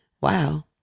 wow